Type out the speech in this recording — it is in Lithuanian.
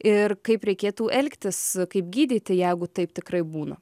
ir kaip reikėtų elgtis kaip gydyti jegu taip tikrai būna